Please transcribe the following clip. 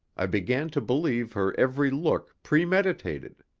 i began to believe her every look premeditated.